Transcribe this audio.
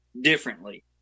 differently